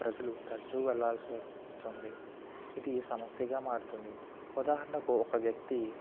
ప్రజలు తరచూ వెళ్లాల్సి వ వస్తుంది ఇది సమస్యగా మారుతుంది ఉదాహరణకు ఒక వ్యక్తి